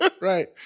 Right